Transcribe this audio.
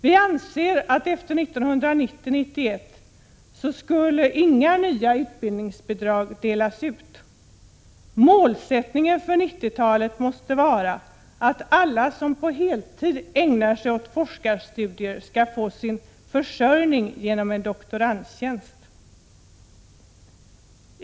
Vi anser att efter 1990/91 skall inga nya utbildningsbidrag delas ut. Målsättningen för 90-talet måste vara att alla som på heltid ägnar sig åt forskarstudier skall få sin försörjning genom en doktorandtjänst.